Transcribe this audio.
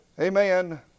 Amen